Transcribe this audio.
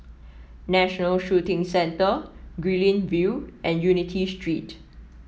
National Shooting Centre Guilin View and Unity Street